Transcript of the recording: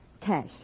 Cash